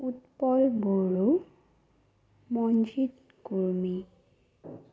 Utpal Boro Manjit Kurmi